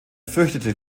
fürchtete